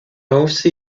aussi